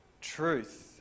truth